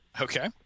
Okay